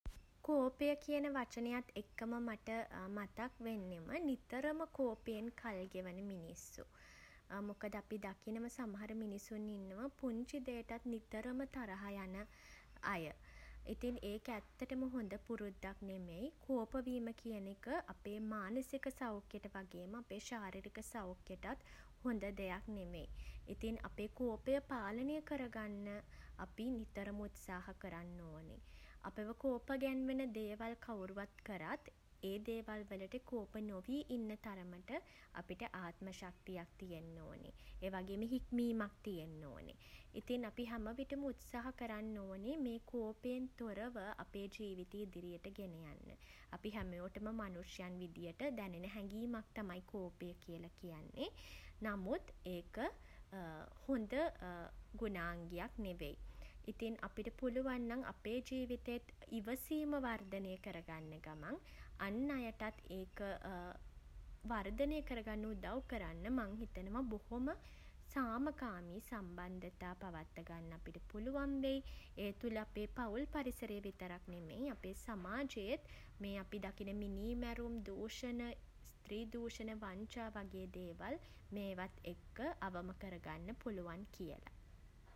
කෝපය කියන වචනයත් එක්කම මට මතක් වෙන්නෙම නිතරම කෝපයෙන් කල් ගෙවන මිනිස්සු. මොකද අපි දකිනව සමහර මිනිසුන් ඉන්නවා පුංචි දේටත් නිතරම තරහ යන අය. ඉතින් ඒක ඇත්තටම හොඳ පුරුද්දක් නෙමෙයි. කෝපවීම කියන එක අපේ මානසික සෞඛ්‍යයට වගේම අපේ ශාරීරික සෞඛ්‍යටත් හොඳ දෙයක් නෙමෙයි. ඉතින් අපේ කෝපය පාලනය කරගන්න අපි නිතරම උත්සාහ කරන්න ඕනෙ. අපව කෝප ගැන්වෙන දේවල් කවුරුවත් කරත් ඒ දේවල් වලට කෝප නොවී ඉන්න තරමට අපිට ආත්ම ශක්තියක් තියෙන්න ඕනෙ. ඒ වගේම හික්මීමක් තියෙන්න ඕනේ. ඉතින් අපි හැමවිටම උත්සාහ කරන්න ඕනේ මේ කෝපයෙන් තොරව අපේ ජීවිතය ඉදිරියට ගෙනයන්න. අපි හැමෝටම මනුෂ්‍යයන් විදියට දැනෙන හැඟීමක් තමයි කෝපය කියලා කියන්නේ. නමුත් ඒක හොඳ ගුණාංගයක් නෙවෙයි. ඉතින් අපිට පුළුවන් නම් අපේ ජීවිතෙත් ඉවසීම වර්ධනය කරගන්න ගමන් අන් අයටත් ඒක වර්ධනය කරගන්න උදව් කරන්න මං හිතනවා බොහොම සාමකාමී සම්බන්ධතා පවත්ත ගන්න අපිට පුළුවන් වෙයි. ඒ තුළ අපේ පවුල් පරිසරය විතරක් නෙමෙයි අපේ සමාජයේත් මේ අපි දකින මිනීමැරුම් දූෂණ ස්ත්‍රී දූෂණ වංචා වගේ දේවල් මේවත් එක්ක අවම කරගන්න පුළුවන් කියලා.